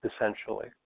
essentially